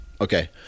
Okay